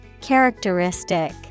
Characteristic